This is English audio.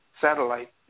satellite